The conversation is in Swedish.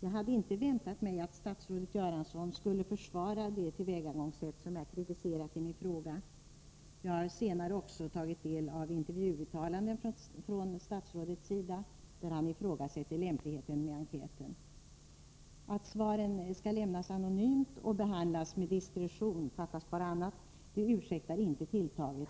Jag hade inte väntat mig att statsrådet Göransson skulle försvara det tillvägagångssätt som jag har kritiserat i min fråga. Jag har senare tagit del av intervjuuttalanden från statsrådets sida där han ifrågasätter lämpligheten med enkäten. Att svaren skall lämnas anonymt och behandlas med diskretion — fattas bara annat — ursäktar inte det här tilltaget.